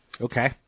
Okay